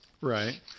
right